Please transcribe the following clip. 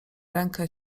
rękę